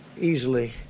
Easily